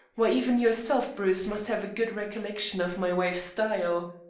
why, even yourself, bruce, must have a good recollection of my wife's style.